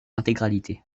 intégralité